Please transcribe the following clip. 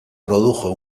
produjo